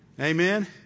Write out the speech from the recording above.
Amen